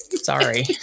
sorry